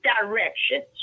directions